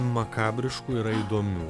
makabriškų yra įdomių